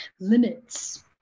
limits